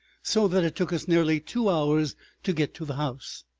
so that it took us nearly two hours to get to the house,